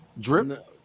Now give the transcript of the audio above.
drip